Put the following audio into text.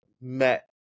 met